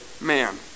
man